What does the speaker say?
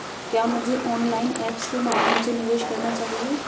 क्या मुझे online apps के माध्यम से निवेश करना चाहिए?